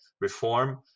reform